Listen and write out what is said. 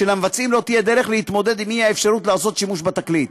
ולמבצעים לא תהיה דרך להתמודד עם חוסר האפשרות לעשות שימוש בתקליט.